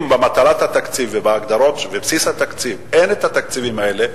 אם במטרת התקציב ובבסיס התקציב אין התקציבים האלה,